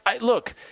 look